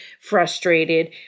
frustrated